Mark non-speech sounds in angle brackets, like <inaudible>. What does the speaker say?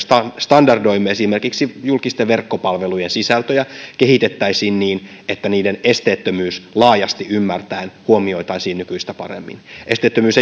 standardoimme esimerkiksi julkisten verkkopalvelujen sisältöä kehitettäisiin niin että niiden esteettömyys laajasti ymmärtäen huomioitaisiin nykyistä paremmin esteettömyys <unintelligible>